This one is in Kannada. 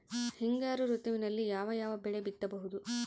ಹಿಂಗಾರು ಋತುವಿನಲ್ಲಿ ಯಾವ ಯಾವ ಬೆಳೆ ಬಿತ್ತಬಹುದು?